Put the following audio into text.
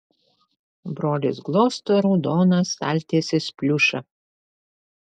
brolis glosto raudoną staltiesės pliušą